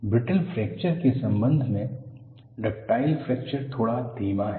brittle fracture के संबंध में डक्टाइल फ्रैक्चर थोड़ा धीमा है